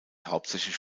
hauptsächlich